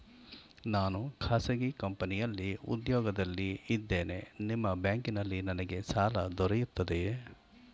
ನಾನು ಖಾಸಗಿ ಕಂಪನಿಯಲ್ಲಿ ಉದ್ಯೋಗದಲ್ಲಿ ಇದ್ದೇನೆ ನಿಮ್ಮ ಬ್ಯಾಂಕಿನಲ್ಲಿ ನನಗೆ ಸಾಲ ದೊರೆಯುತ್ತದೆಯೇ?